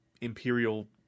imperial